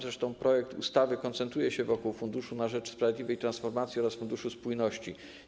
Zresztą sam projekt ustawy koncentruje się wokół Funduszu na rzecz Sprawiedliwej Transformacji oraz Funduszu Spójności.